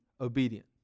obedient